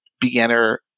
beginner